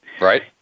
Right